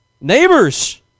neighbors